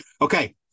Okay